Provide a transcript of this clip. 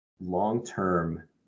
long-term